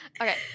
Okay